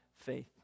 faith